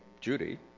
Judy